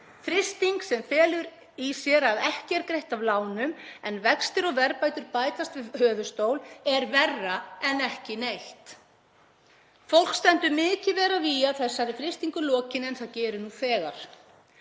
Frysting sem felur í sér að ekki er greitt af lánum en vextir og verðbætur bætast við höfuðstól, er verra en ekki neitt. Fólk stendur mikið verr að vígi að þessari frystingu lokinni en það gerir nú þegar,